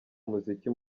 umuziki